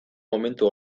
momentu